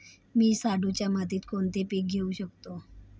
मी शाडूच्या मातीत कोणते पीक घेवू शकतो?